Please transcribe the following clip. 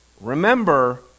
Remember